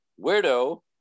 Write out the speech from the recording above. Weirdo